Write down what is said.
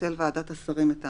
תבטל ועדת השרים את ההכרזה."